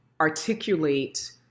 articulate